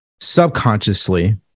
subconsciously